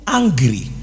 angry